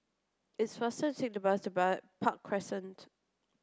it's faster to take the bus to buy Park Crescent